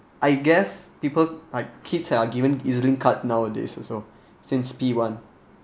I guess people like kids are given E_Z_link card nowadays also since P one